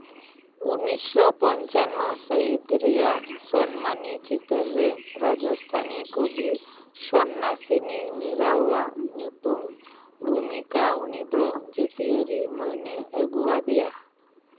ᱩᱱᱤᱥᱥᱚ ᱯᱚᱧᱪᱪᱟᱱᱱᱚ ᱥᱟᱹᱦᱤᱛ ᱨᱮᱭᱟᱜ ᱥᱚᱢᱢᱟᱱᱱᱤ ᱪᱤᱛᱟᱹᱨ ᱨᱮ ᱨᱟᱡᱥᱛᱷᱟᱱᱤ ᱠᱚᱵᱤ ᱥᱚᱱᱱᱟᱥᱤᱱᱤ ᱢᱤᱨᱟ ᱟᱜ ᱧᱩᱛᱩᱢ ᱵᱷᱩᱢᱤᱠᱟ ᱩᱱᱤ ᱫᱚ ᱡᱟᱹᱛᱤᱭᱨᱤ ᱢᱟᱹᱱ ᱮ ᱟᱜᱩ ᱟᱫᱮᱭᱟ